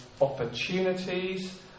opportunities